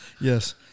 Yes